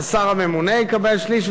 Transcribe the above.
השר הממונה יקבל שליש,